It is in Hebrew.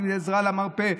ואם זה עזרה למרפא,